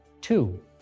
Two